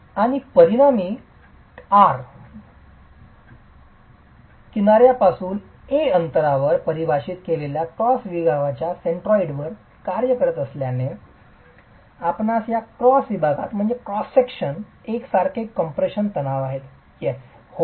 आणि परिणामी R किनार्यापासून 'a' अंतरावर परिभाषित केलेल्या क्रॉस विभागाच्या सेंट्रॉइडवर कार्य करत असल्याने आपल्यास या क्रॉस विभागात एकसारखे कॉम्प्रेशन तणाव आहेत होय